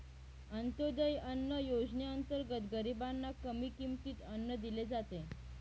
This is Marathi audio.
अंत्योदय अन्न योजनेअंतर्गत गरीबांना कमी किमतीत अन्न दिले जाते